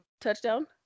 touchdown